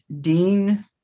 Dean